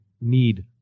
need